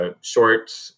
short